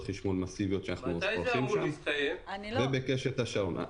חשמול מסיביות שאנחנו עושים שם; ובקשת השרון.